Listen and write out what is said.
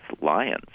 lions